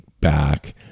back